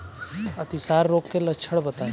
अतिसार रोग के लक्षण बताई?